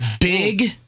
Big